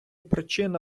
причина